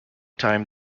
time